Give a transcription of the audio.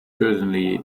certainly